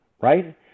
right